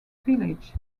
village